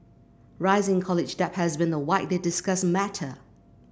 rising college debt has been a widely discussed matter